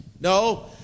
No